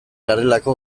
garelako